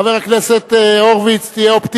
חבר הכנסת הורוביץ, תהיה אופטימי.